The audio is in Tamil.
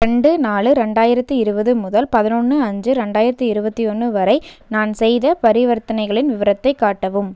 ரெண்டு நாலு ரெண்டாயிரத்து இருபது முதல் பதினொன்று அஞ்சு ரெண்டாயிரத்து இருபத்தி ஒன்று வரை நான் செய்த பரிவர்த்தனைகளின் விவரத்தை காட்டவும்